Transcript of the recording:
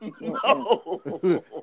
no